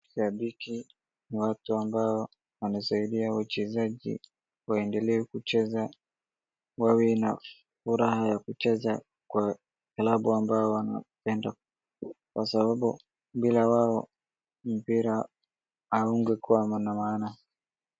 Shambiki ni watu ambao wamesaidia wachezaji kuendelea kucheza, wawe na furaha ya kucheza kwa klabu ambayo wanapenda kwa sababu bila wao mpira haugekuwa na maana.